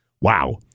wow